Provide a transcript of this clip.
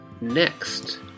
next